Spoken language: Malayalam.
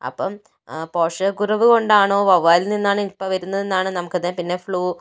അപ്പം പോഷക കുറവ് കൊണ്ടാണോ വവ്വാലിൽ നിന്നാണോ നിപ്പ വരുന്നത് എന്ന് നമുക്ക് അത് പിന്നെ ഫ്ലൂ